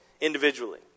individually